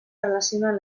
relacionant